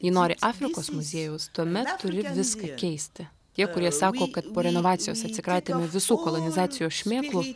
jei nori afrikos muziejaus tuomet turi viską keisti tie kurie sako kad po renovacijos atsikratėme visų kolonizacijos šmėklų